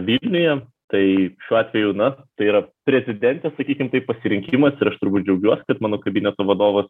vilniuje tai šiuo atveju na tai yra prezidentės sakykim taip pasirinkimas ir aš turbūt džiaugiuos kad mano kabineto vadovas